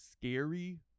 scary